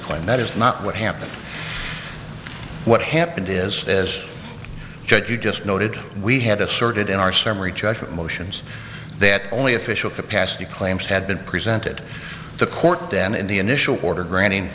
claim that is not what happened what happened is as judge you just noted we had asserted in our summary judgment motions that only official capacity claims had been presented to court and the initial order granting